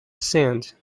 sand